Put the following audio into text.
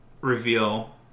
reveal